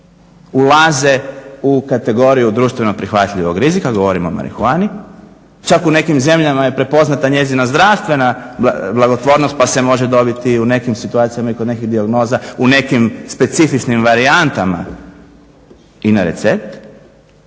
ulaze u kategoriju društveno prihvatljivog rizika, govorim o marihuani, čak u nekim zemljama je prepoznata njezina zdravstvena blagotvornost, pa se može dobiti u nekim situacijama i kod nekih dijagnoza, u nekim specifičnim varijantama i na recepte.